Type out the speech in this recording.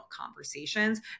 conversations